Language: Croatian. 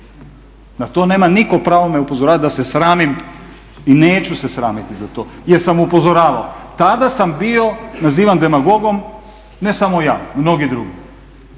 Na to nema nitko pravo me upozoravati da se sramim i neću se sramiti za to jer sam upozoravao. Tada sam bio nazivan demagogom ne samo ja, mnogi drugi.